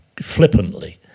flippantly